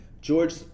George